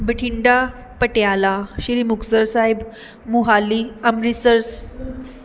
ਬਠਿੰਡਾ ਪਟਿਆਲਾ ਸ਼੍ਰੀ ਮੁਕਤਸਰ ਸਾਹਿਬ ਮੋਹਾਲੀ ਅੰਮ੍ਰਿਤਸਰ ਸ